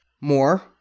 More